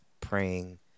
praying